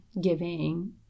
giving